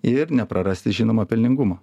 ir neprarasti žinoma pelningumo